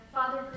Father